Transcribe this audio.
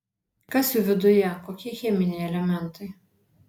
kas jų viduje kokie cheminiai elementai